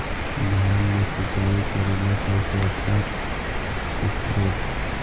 धान मे सिंचाई करे ला सबसे आछा स्त्रोत्र?